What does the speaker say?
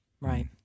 Right